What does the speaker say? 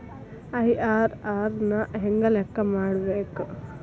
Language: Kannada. ಐ.ಆರ್.ಆರ್ ನ ಹೆಂಗ ಲೆಕ್ಕ ಮಾಡಬೇಕ?